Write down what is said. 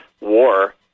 war